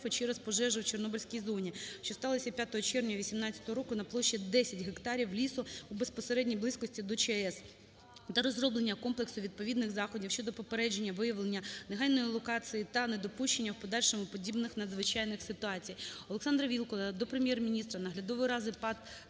через пожежу у Чорнобильській зоні, що сталась 5 червня 2018 року на площі 10 га лісу у безпосередній близькості до ЧАЕС та розроблення комплексу відповідних заходів щодо попередження, виявлення, негайної локації та недопущення в подальшому подібних надзвичайних ситуацій. ОлександраВілкула до Прем'єр-міністра, Наглядової ради ПАТ